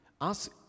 Ask